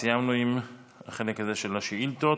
סיימנו עם החלק הזה של השאילתות.